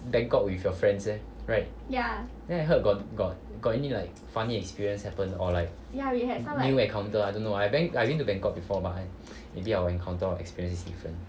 bangkok with your friends eh right then I heard got got got any like funny experience happen or like new encounter I don't know I ben~ I never been to bangkok before but maybe I will encounter our experience is different